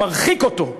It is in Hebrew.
הוא מרחיק אותו.